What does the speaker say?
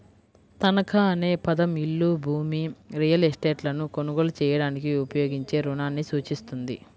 తనఖా అనే పదం ఇల్లు, భూమి, రియల్ ఎస్టేట్లను కొనుగోలు చేయడానికి ఉపయోగించే రుణాన్ని సూచిస్తుంది